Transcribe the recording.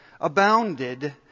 abounded